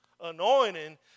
Anointing